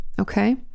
okay